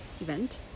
event